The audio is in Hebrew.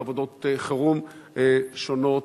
בעבודות חירום שונות.